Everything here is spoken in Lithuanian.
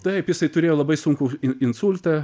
taip jisai turėjo labai sunkų insultą